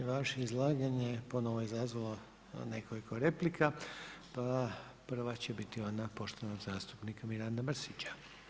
I vaše izlaganje je ponovno izazvalo nekoliko replika pa prva će biti ona poštovanog zastupnika Miranda Mrsića.